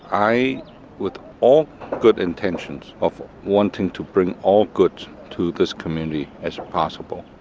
i with all good intentions of wanting to bring all good to this community as possible,